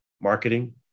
marketing